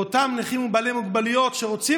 ואותם נכים ובעלי מוגבלויות שרוצים